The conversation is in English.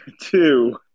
two